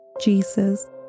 Jesus